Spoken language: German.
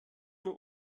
nur